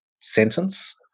sentence